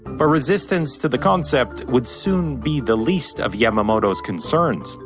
but resistance to the concept would soon be the least of yamamoto's concerns.